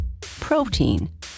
protein